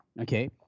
Okay